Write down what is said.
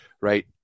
right